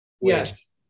Yes